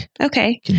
Okay